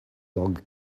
log